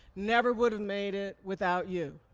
never would've made it without you.